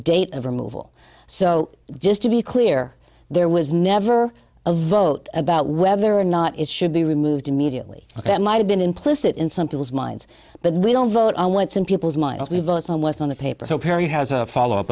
date of removal so just to be clear there was never a vote about whether or not it should be removed immediately that might have been implicit in some people's minds but we don't vote on what's in people's minds we vote on was on the paper so perry has a follow up